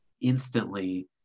instantly